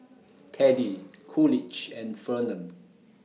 Teddie Coolidge and Fernand